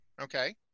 Okay